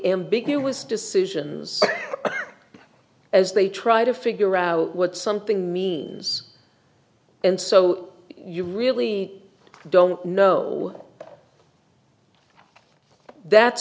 ambiguous decision as they try to figure out what something means and so you really don't know that's